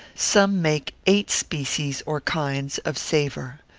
some make eight species or kinds of savour,